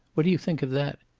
what do you think of that?